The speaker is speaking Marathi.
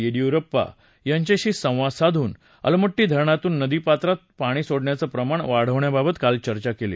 येडीयुरप्पा यांच्याशी संवाद साधून अलमट्टी धरणातून नदी पात्रात पाणी सोडण्याचं प्रमाण वाढवण्याबाबत काल चर्चा केली